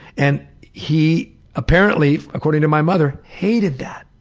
and he apparently, according to my mother, hated that.